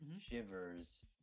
Shivers